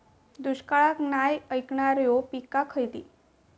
दुष्काळाक नाय ऐकणार्यो पीका खयली?